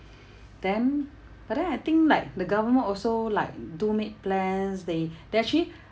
then but then I think like the government also like do make plans they they actually